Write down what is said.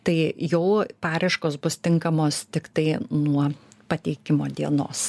tai jau paraiškos bus tinkamos tiktai nuo pateikimo dienos